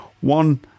one